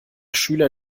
schüler